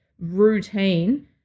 routine